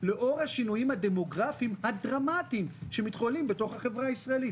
לאור השינויים הדמוגרפיים הדרמטיים שמתחוללים בתוך החברה הישראלית.